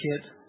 kit